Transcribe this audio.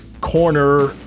corner